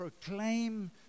proclaim